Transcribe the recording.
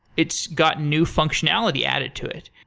it's got new functionality added to it.